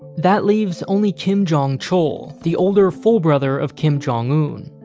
that leaves only kim jong-chol, the older full brother of kim jong-un.